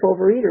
overeater